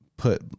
put